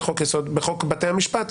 בחוק בתי המשפט.